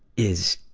is